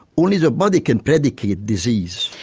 only the body can predicate disease.